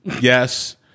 yes